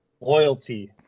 Loyalty